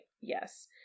Yes